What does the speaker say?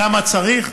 כמה צריך?